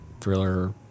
thriller